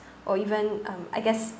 or even um I guess